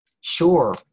Sure